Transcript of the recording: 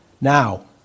Now